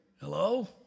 Hello